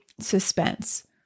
suspense